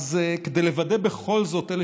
אז כדי לוודא בכל זאת, לאלה